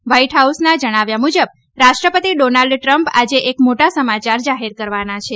white હાઉસના જણાવ્યા મુજબ રાષ્ટ્રપતિ ડોનાલ્ડ ટ્રમ્પ આજે એક મોટા સમાચાર જાહેર કરવાના છે